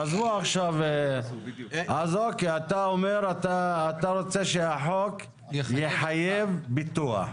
אז בסדר, אתה אומר שאתה רוצה שהחוק יחייב ביטוח.